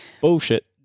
bullshit